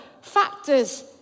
factors